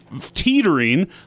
teetering